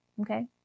Okay